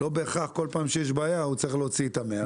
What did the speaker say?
לא בהכרח כל פעם שיש בעיה הוא צריך להוציא את המאה.